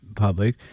Public